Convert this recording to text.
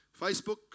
Facebook